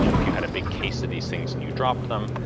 you know if you had a big case of these things and you dropped them,